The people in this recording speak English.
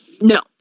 No